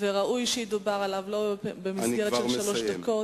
וראוי שידובר עליו לא במסגרת של שלוש דקות,